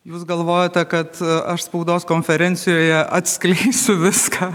jūs galvojote kad aš spaudos konferencijoje atskleisiu viską